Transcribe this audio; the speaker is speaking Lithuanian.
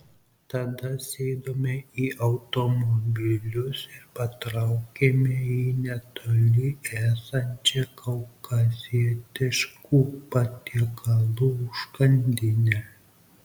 tada sėdome į automobilius ir patraukėme į netoli esančią kaukazietiškų patiekalų užkandinę